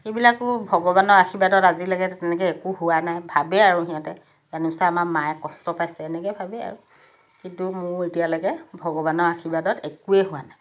সেইবিলাকো ভগৱানৰ আশীৰ্বাদত আজিলৈকে তেনেকৈ একো হোৱা নাই ভাবে আৰু সিহঁতে জানোচা আমাৰ মায়ে কষ্ট পাইছে এনেকৈ ভাবে আৰু কিন্তু মোৰ এতিয়ালৈকে ভগৱানৰ আশীৰ্বাদত একোৱে হোৱা নাই